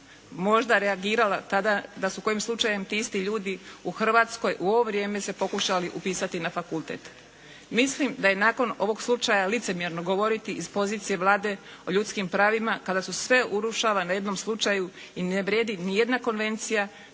možda reagirala tada da su kojim slučajem ti isti ljudi u Hrvatskoj, u ovo vrijeme se pokušali upisati na fakultet? Mislim da je nakon ovog slučaja licemjerno govoriti iz pozicije Vlade o ljudskim pravima kada se sve urušava na jednom slučaju i ne vrijedi ni jedna konvencija,